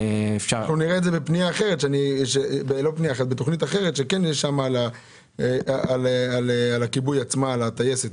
אנחנו נראה את זה בתכנית אחרת שנראה לי שהיא לגבי הטייסת.